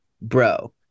bro